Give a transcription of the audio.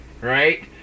right